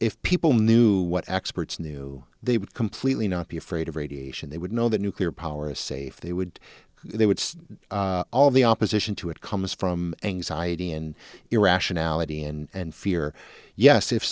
if people knew what experts knew they would completely not be afraid of radiation they would know that nuclear power is safe they would they would say all the opposition to it comes from anxiety and irrationality and fear yes if